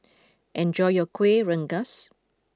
enjoy your Kuih Rengas